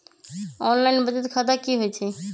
Online बचत खाता की होई छई?